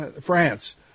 France